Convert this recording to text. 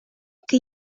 que